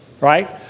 right